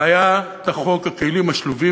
בעיית חוק הכלים השלובים.